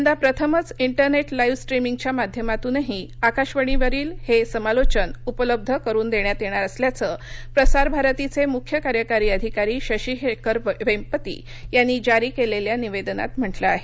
यंदा प्रथमच internet live स्ट्रीमींगच्या माध्यमातूनही आकाशवाणीवरील हे समालोचन उपलब्ध करून देण्यात येणार असल्याचं प्रसारभारतीचे मुख्य कार्यकारी अधिकारी शशी शेखर वेम्पती यांनी जारी केलेल्या निवेदनात म्हटलं आहे